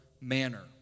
manner